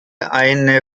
eine